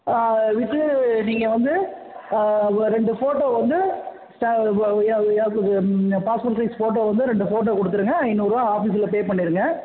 with நீங்கள் வந்து ரெண்டு ஃபோட்டோ வந்து பாஸ்போட் சைஸ் ஃபோட்டோ வந்து ரெண்டு போட்டோ கொடுத்துருங்க ஐநூறு ரூபா ஆஃபிஸில் பே பண்ணிவிடுங்க